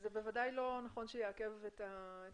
זה בוודאי לא נכון שזה יעכב את חקיקת